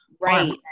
Right